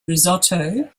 risotto